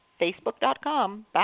facebook.com